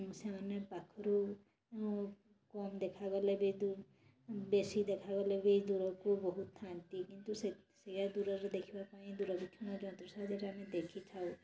ସେମାନେ ପାଖରୁ କମ ଦେଖାଗଲେ ବି ବେଶୀ ଦେଖା ଗଲେ ବି ଦୂରକୁ ବହୁତ ଥାଆନ୍ତି କିନ୍ତୁ ସେୟା ଦୂରରୁ ଦେଖିବା ପାଇଁ ଦୂରବୀକ୍ଷଣ ଯନ୍ତ୍ର ସାହାଯ୍ୟରେ ଆମେ ଦେଖିଥାଉ